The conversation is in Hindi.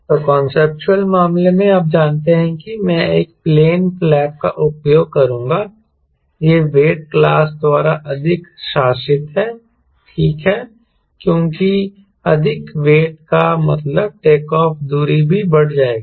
तो कांसेप्चुअल मामले में आप जानते हैं कि मैं एक प्लेन फ्लैप का उपयोग करूंगा यह वेट क्लास द्वारा अधिक शासित है ठीक है क्योंकि अधिक वेट का मतलब टेकऑफ़ दूरी भी बढ़ जाएगी